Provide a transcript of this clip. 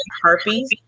herpes